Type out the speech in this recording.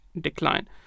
decline